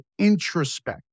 introspect